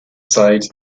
sides